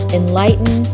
enlighten